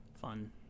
fun